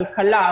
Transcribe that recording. כלכלה,